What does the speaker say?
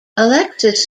alexis